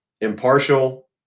Impartial